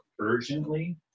urgently